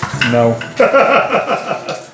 No